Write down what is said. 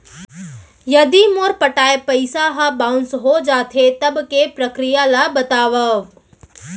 यदि मोर पटाय पइसा ह बाउंस हो जाथे, तब के प्रक्रिया ला बतावव